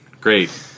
great